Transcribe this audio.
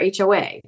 HOA